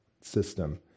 system